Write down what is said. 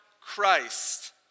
Christ